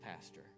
pastor